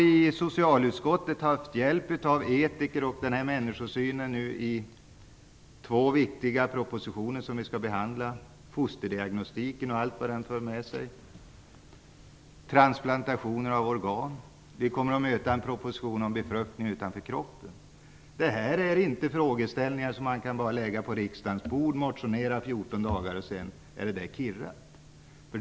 I socialutskottet har vi haft hjälp av etiker och den här människosynen i två viktiga propositioner som vi skall behandla. Det gäller fosterdiagnostiken och allt vad den för med sig samt transplantationer av organ. Vi kommer att möta en proposition om befruktning utanför kroppen. Det här är inte frågeställningar som man bara kan lägga på riksdagens bord, motionera under 14 dagar och sedan tro att det är klart.